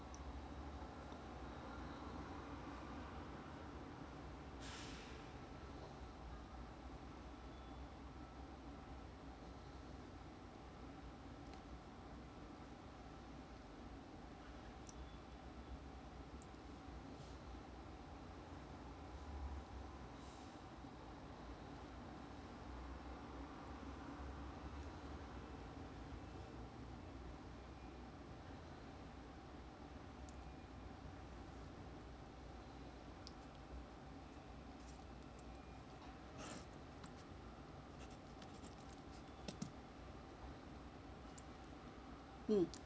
mm